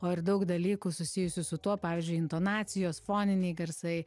ar daug dalykų susijusių su tuo pavyzdžiui intonacijos foniniai garsai